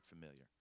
familiar